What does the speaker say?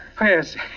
Yes